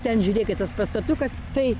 ten žiūrėkit tas pastatukas tai